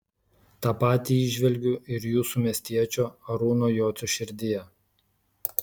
tą patį įžvelgiu ir jūsų miestiečio arūno jocio širdyje